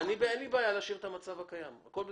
אין לי בעיה להשאיר את המצב הקיים, הכל בסדר.